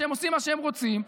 שהם עושים מה שהם רוצים,